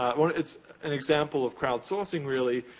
i mean it's an example of crowdsourcing, really.